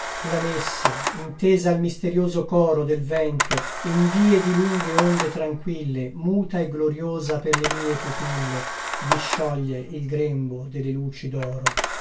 la messe intesa al misterioso coro del vento in vie di lunghe onde tranquille muta e gloriosa per le mie pupille discioglie il grembo delle luci d'oro